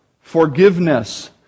Forgiveness